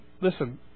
Listen